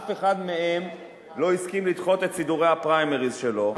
אף אחד מהם לא הסכים לדחות את סידורי הפריימריס שלו,